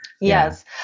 Yes